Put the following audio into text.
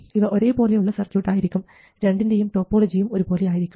ഇവ ഒരേപോലെയുള്ള സർക്യൂട്ട് ആയിരിക്കും രണ്ടിൻറെയും ടോപ്പോളജിയും ഒരുപോലെ ആയിരിക്കും